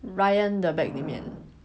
ryan 的 bag 里面